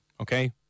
Okay